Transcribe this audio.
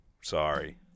Sorry